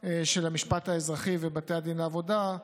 של המשפט האזרחי ושל בתי הדין לעבודה,